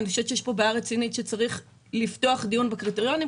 אני חושבת שיש פה בעיה רצינית וצריך לפתוח דיון בקריטריונים,